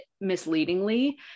misleadingly